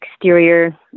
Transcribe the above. exterior